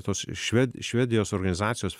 tos šve švedijos organizacijos